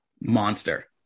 monster